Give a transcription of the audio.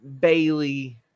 Bailey